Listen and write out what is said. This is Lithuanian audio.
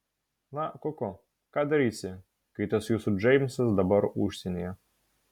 na koko ką darysi kai tas jūsų džeimsas dabar užsienyje